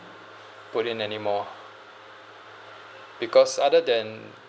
put in anymore because other than